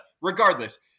Regardless